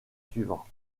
suivant